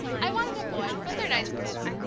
i wanted a boy, but they're nice girls.